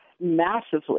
Massively